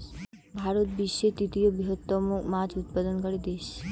ভারত বিশ্বের তৃতীয় বৃহত্তম মাছ উৎপাদনকারী দেশ